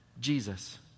Jesus